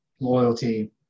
loyalty